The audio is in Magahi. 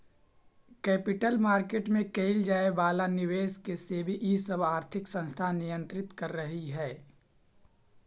कैपिटल मार्केट में कैइल जाए वाला निवेश के सेबी इ सब आर्थिक संस्थान नियंत्रित करऽ हई